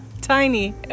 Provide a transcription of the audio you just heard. Tiny